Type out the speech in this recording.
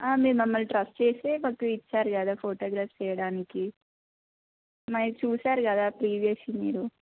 మిమ్మల్ని ట్రస్ట్ చేసే మాకు ఇచ్చారు కదా ఫోటోగ్రాఫ్ చేయడానికి మరి చూసారు కదా ప్రీవియస్ మీరు